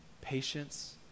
patience